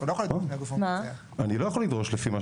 על זה אנחנו